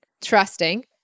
trusting